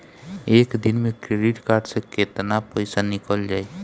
एक दिन मे क्रेडिट कार्ड से कितना पैसा निकल जाई?